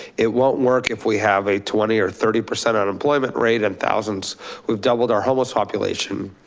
it won't work if we have a twenty or thirty percent unemployment rate and thousands we've doubled our homeless population.